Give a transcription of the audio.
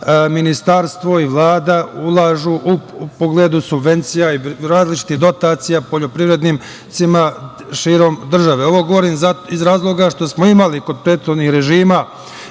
Ministarstvo i Vlada ulažu u pogledu subvencija i različitih donacija poljoprivrednicima širom države. Ovo govorim iz razloga što smo imali kod prethodnih režima